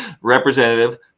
Representative